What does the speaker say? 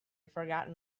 forgotten